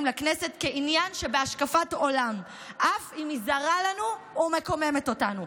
לכנסת כעניין שבהשקפת עולם אף אם היא זרה לנו ומקוממת אותנו,